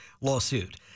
lawsuit